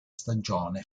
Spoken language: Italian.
stagione